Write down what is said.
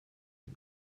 and